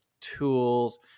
tools